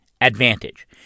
ADVANTAGE